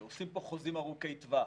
ועושים פה חוזים ארוכי טווח.